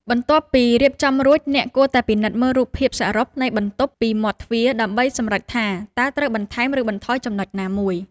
បន្ទាប់ពីរៀបចំរួច អ្នកគួរតែពិនិត្យមើលរូបភាពសរុបនៃបន្ទប់ពីមាត់ទ្វារ ដើម្បីសម្រេចថាតើត្រូវបន្ថែម ឬបន្ថយចំណុចណាមួយ។